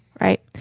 Right